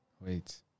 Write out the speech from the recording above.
Wait